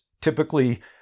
typically